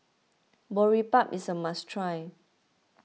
Boribap is a must try